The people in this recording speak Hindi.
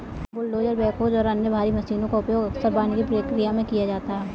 बुलडोजर बैकहोज और अन्य भारी मशीनों का उपयोग अक्सर वानिकी प्रक्रिया में किया जाता है